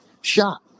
shot